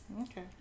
Okay